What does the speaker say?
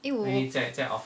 eh 我